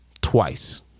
Twice